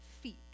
feet